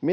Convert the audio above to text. Kun